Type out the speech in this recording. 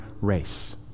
race